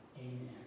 Amen